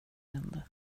hände